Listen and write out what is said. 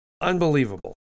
Unbelievable